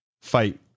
fight